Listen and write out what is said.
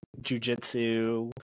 jujitsu